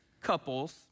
couples